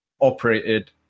operated